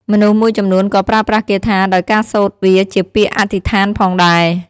មនុស្សមួយចំនួនក៏ប្រើប្រាស់គាថាដោយការសូត្រវាជាពាក្យអធិស្ឋានផងដែរ។